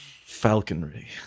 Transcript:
Falconry